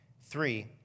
Three